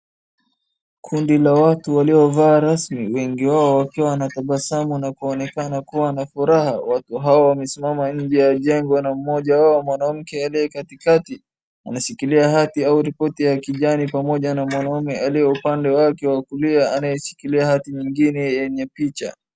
Kundi la watu waliovaa rasmi, wengi wao wakiwa na furaha wakitabasamu na kuonekana kuwa na furaha, watu hawa wamesimama nje ya jengo na mmoja wao mwanamke aliye katikati ameshikilia hati au ripoti ya kijani pamoja na mwanaume aliye upande wake wa kulia anayeshikilia hati ingine yenye picha.